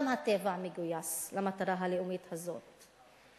גם הטבע מגויס למטרה הלאומית הזאת.